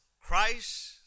Christ